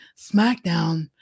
SmackDown